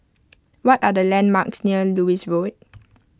what are the landmarks near Lewis Road